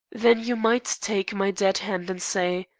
then you might take my dead hand and say,